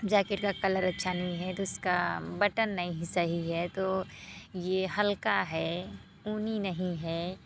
jacket का colour अच्छा नहीं है उसका बटन नहीं सही है तो ये हल्का है ऊनी नहीं है